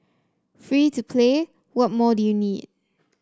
free to play what more do you need